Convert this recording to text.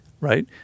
right